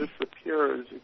disappears